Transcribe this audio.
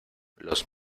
los